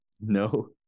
No